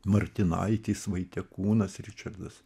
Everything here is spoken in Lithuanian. martinaitis vaitiekūnas ričardas